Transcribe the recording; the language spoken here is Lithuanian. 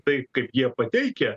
taip kaip jie pateikę